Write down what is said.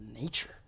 nature